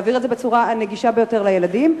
להעביר את זה בצורה הנגישה ביותר לילדים.